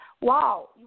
Wow